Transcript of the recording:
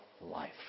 life